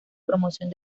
promoción